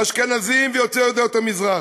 אשכנזים ויוצאי עדות המזרח.